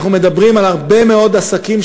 אנחנו מדברים על הרבה מאוד עסקים,